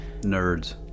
Nerds